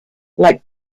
like